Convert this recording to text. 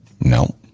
No